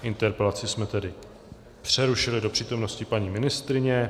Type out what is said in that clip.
Interpelaci jsme tedy přerušili do přítomnosti paní ministryně.